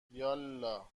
یالا